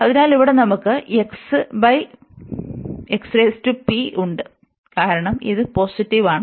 അതിനാൽ ഇവിടെ നമുക്ക് ഉണ്ട് കാരണം ഇത് പോസിറ്റീവ് ആണ്